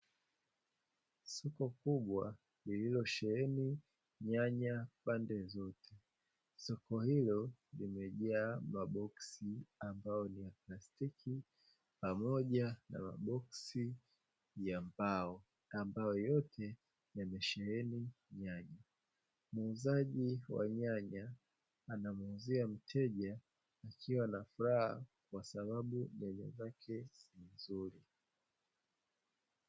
Soko kubwa lililosheheni nyanya pande zote. Soko hilo limejaa maboksi ambayo ni ya plastiki, pamoja na maboksi ya mbao; ambayo yote yamesheheni nyanya. Muuzaji wa nyanya anamuuzia mteja, akiwa na furaha kwa sababu nyanya zake ni nzuri.